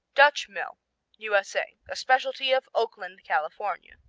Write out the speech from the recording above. dutch mill u s a. a specialty of oakland, california.